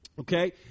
Okay